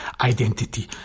identity